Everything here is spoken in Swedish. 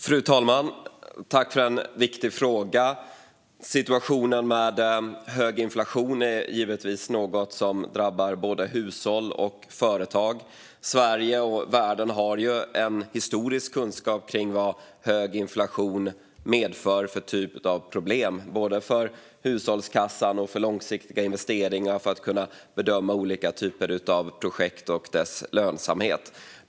Fru talman! Jag tackar för en viktig fråga. Situationen med hög inflation är givetvis något som drabbar både hushåll och företag. Sverige och världen har historisk kunskap om vad hög inflation medför för typ av problem för både hushållskassan och långsiktiga investeringar och för att kunna bedöma olika typer av projekt och deras lönsamhet.